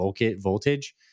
voltage